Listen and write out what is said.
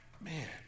Man